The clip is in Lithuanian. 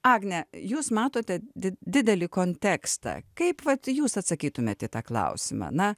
agne jūs matote didelį kontekstą kaip vat jūs atsakytumėt į tą klausimą na